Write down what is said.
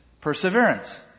perseverance